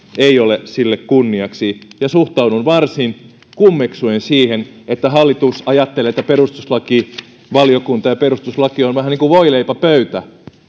ei ole sille kunniaksi suhtaudun varsin kummeksuen siihen että hallitus ajattelee että perustuslakivaliokunta ja perustuslaki ovat vähän niin kuin voileipäpöytä